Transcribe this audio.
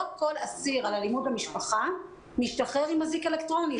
לא כל אסיר על אלימות במשפחה משתחרר עם אזיק אלקטרוני.